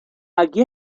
aquí